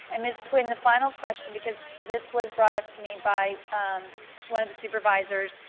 and ms. quinn, the final question, because this was brought up to me by one of the supervisors.